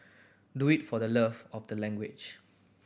do it for the love of the language